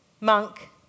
monk